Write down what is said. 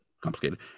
complicated